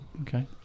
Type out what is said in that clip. Okay